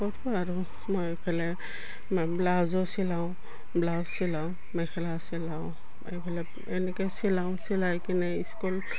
কৰো আৰু মই এইফালে ম ব্লাউজো চিলাওঁ ব্লাউজ চিলাওঁ মেখেলা চিলাওঁ এইফালে এনেকৈ চিলাওঁ চিলাই কিনে স্কুল